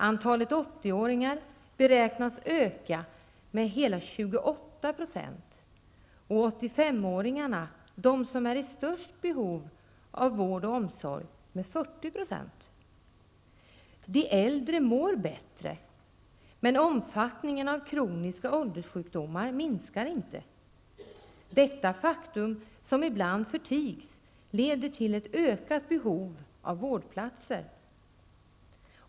Antalet 80-åringar beräknas öka med hela 28 % och 85-åringarna, de som är i störst behov av vård och omsorg, med 40 %. De äldre mår bättre, men omfattningen av kroniska ålderssjukdomar minskar inte. Detta faktum, som ibland förtigs, leder till ett ökat behov av vårdplatser.